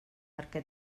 perquè